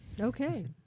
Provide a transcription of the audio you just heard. Okay